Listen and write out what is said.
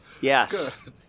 Yes